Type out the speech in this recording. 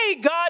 God